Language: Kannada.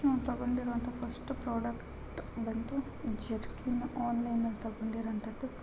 ನಾನ್ ತಗೊಂಡಿರುವಂಥ ಫಸ್ಟ್ ಪ್ರಾಡಕ್ಟ್ ಬಂದು ಜರ್ಕಿನ್ ಆನ್ಲೈನಲ್ಲಿ ತಗೊಂಡಿರುವಂಥದ್ದು